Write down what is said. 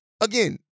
again